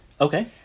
Okay